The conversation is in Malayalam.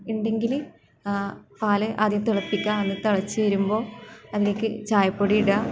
ഉണ്ടെങ്കിൽ പാൽ ആദ്യം തിളപ്പിക്കുക തിളച്ച് വരുമ്പോള് അതിലേക്ക് ചായ പൊടി ഇടുക